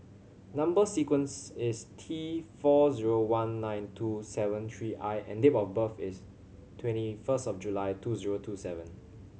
number sequence is T four zero one nine two seven three I and date of birth is twenty first of July two zero two seven